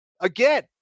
Again